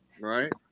Right